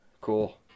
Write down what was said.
cool